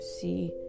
see